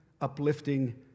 uplifting